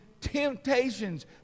temptations